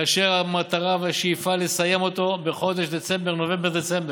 כאשר המטרה והשאיפה לסיים אותו בחודש נובמבר-דצמבר,